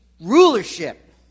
rulership